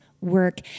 work